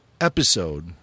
episode